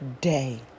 day